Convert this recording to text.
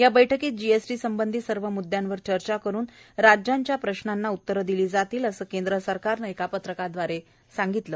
या बैठकीत जीएसटी संबंधी सर्व मुद्द्यांवर चर्चा करुन राज्यांच्या प्रश्नांना उत्तरं दिली जातील असं केंद्र सरकारनं एका पत्रकाद्वारे सांगितलं आहे